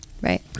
Right